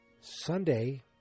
Sunday